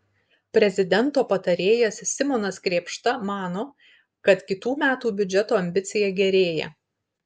prezidento patarėjas simonas krėpšta mano kad kitų metų biudžeto ambicija gerėja